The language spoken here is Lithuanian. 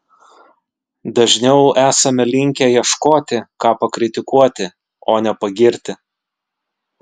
dažniau esame linkę ieškoti ką pakritikuoti o ne pagirti